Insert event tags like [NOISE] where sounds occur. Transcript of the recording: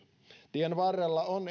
tien varrella on [UNINTELLIGIBLE]